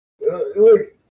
Look